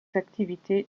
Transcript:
activités